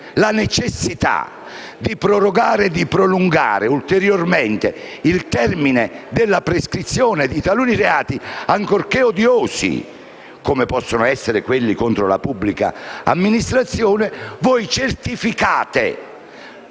la necessità di prorogare e prolungare ulteriormente il termine della prescrizione di taluni reati, ancorché odiosi come possono essere quelli contro la pubblica amministrazione, di fatto certificate